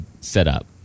setup